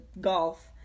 golf